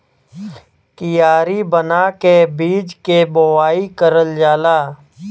कियारी बना के बीज के बोवाई करल जाला